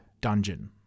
Dungeon